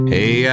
Hey